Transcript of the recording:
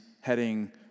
heading